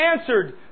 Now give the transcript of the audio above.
answered